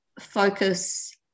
focus